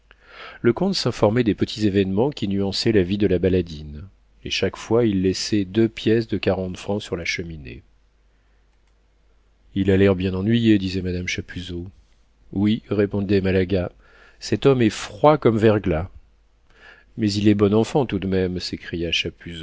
le comte s'informait des petits événements qui nuançaient la vie de la baladine et chaque fois il laissait deux pièces de quarante francs sur la cheminée il a l'air bien ennuyé disait madame chapuzot oui répondait malaga cet homme est froid comme verglas mais il est bon enfant tout de même s'écriait